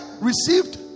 received